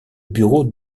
bureau